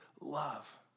love